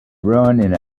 run